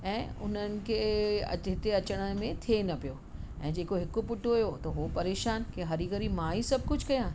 ऐं उन्हनि खे अॼु हिते अचण में थिए न पियो ऐं जेको हिकु पुटु हुओ त हू परेशान की हरी घरी मां ई सभु कुझु कयां